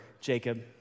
Jacob